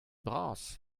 bras